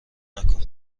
نکن